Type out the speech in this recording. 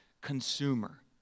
consumer